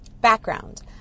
Background